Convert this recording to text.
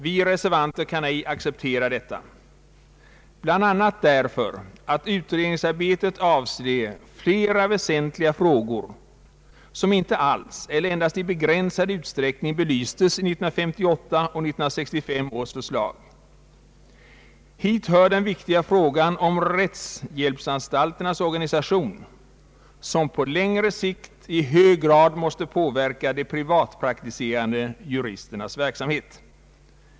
Vi reservanter kan ej acceptera detta, bl.a. därför att utredningsarbetet avser flera väsentliga frågor som inte alls eller endast i begränsad utsträckning belystes i 1958 och 1965 års förslag. Hit hör den viktiga frågan om rättshjälpsanstalternas organisation, som på längre sikt i hög grad måste påverka de privatpraktiserande juristernas verksamhet.